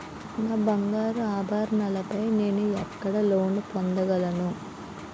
నా బంగారు ఆభరణాలపై నేను ఎక్కడ లోన్ పొందగలను?